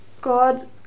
God